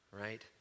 right